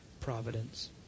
providence